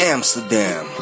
Amsterdam